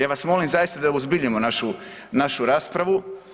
Ja vas molim zaista da uozbiljimo našu, našu raspravu.